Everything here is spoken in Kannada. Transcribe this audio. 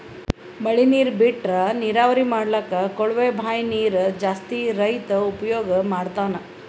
ಮಳಿ ನೀರ್ ಬಿಟ್ರಾ ನೀರಾವರಿ ಮಾಡ್ಲಕ್ಕ್ ಕೊಳವೆ ಬಾಂಯ್ ನೀರ್ ಜಾಸ್ತಿ ರೈತಾ ಉಪಯೋಗ್ ಮಾಡ್ತಾನಾ